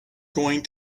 going